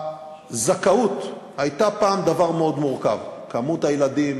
הזכאות הייתה פעם דבר מאוד מורכב: מספר הילדים,